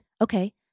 okay